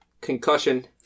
concussion